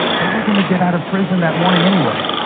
they were going to get out of prison that morning anyway.